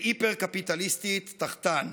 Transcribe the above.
והיפר-קפיטליסטית תחתן.